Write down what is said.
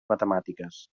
matemàtiques